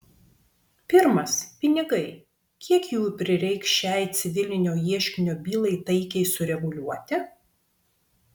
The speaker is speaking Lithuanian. pirmas pinigai kiek jų prireiks šiai civilinio ieškinio bylai taikiai sureguliuoti